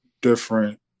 different